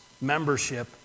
membership